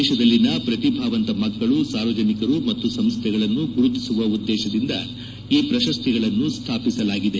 ದೇಶದಲ್ಲಿನ ಪ್ರತಿಭಾವಂತ ಮಕ್ಕಳು ಸಾರ್ವಜನಿಕರು ಮತ್ತು ಸಂಸ್ಟೆಗಳನ್ನು ಗುರುತಿಸುವ ಉದ್ದೇಶದಿಂದ ಈ ಪ್ರಶಸ್ತಿಗಳನ್ನು ಸ್ವಾಪಿಸಲಾಗಿದೆ